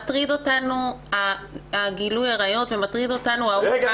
מטריד אותנו גילוי עריות ומטריד אותנו --- רגע,